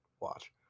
watch